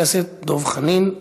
חבר הכנסת דב חנין.